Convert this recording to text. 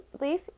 leaf